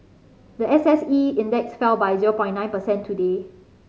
the S S E Index fell by zero point nine percent today